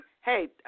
hey